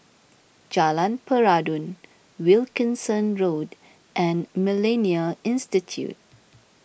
Jalan Peradun Wilkinson Road and Millennia Institute